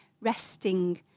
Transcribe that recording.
resting